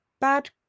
bad